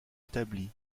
établie